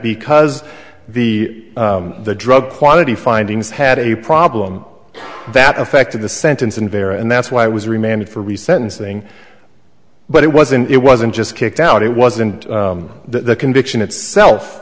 because the drug quantity findings had a problem that affected the sentence unfair and that's why it was remanded for we sentencing but it wasn't it wasn't just kicked out it wasn't the conviction itself